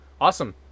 awesome